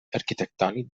arquitectònic